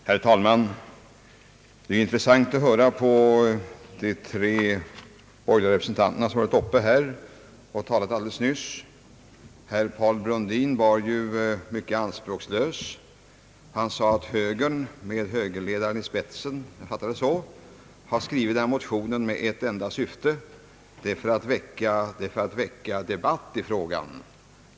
Herr talman! Det har varit intressant att lyssna till de tre borgerliga representanterna, som talat alldeles nyss. Herr Brundin var ju mycket anspråkslös. Han sade att högern med högerledaren i spetsen jag fattade det så — har skrivit motionen med ett enda syfte, nämligen att väcka debatt i frågan.